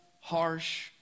harsh